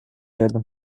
рядом